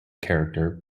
character